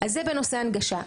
זה בנושא של הנגשה.